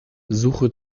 suche